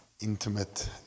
intimate